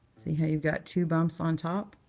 see how you've got two bumps on top?